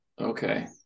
okay